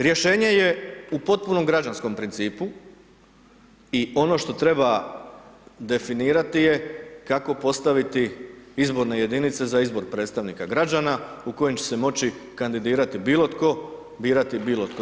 Rješenje je u potpunom građanskom principu i ono što treba definirati je kako postaviti izborne jedinice za izbor predstavnika građana u kojim će se moći kandidirati bilo tko, birati bilo tko.